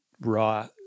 raw